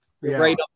Right